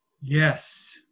Yes